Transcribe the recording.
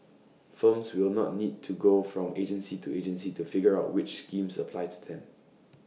firms will not need to go from agency to agency to figure out which schemes apply to them